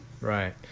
right